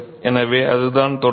எனவே அதுதான் தொடர்பு